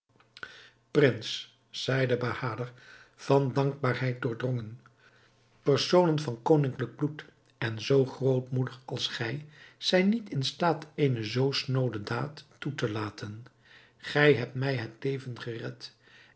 prins zeide bahader van dankbaarheid doordrongen personen van koninklijk bloed en zoo grootmoedig als gij zijn niet in staat eene zoo snoode daad toe te laten gij hebt mij het leven gered